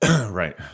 Right